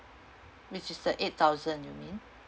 which is the eight thousand you mean